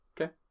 Okay